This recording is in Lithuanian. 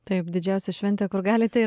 taip didžiausia šventė kur galite ir